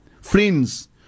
friends